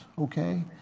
okay